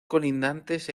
colindantes